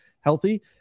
healthy